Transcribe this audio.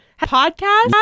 podcast